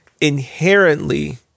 inherently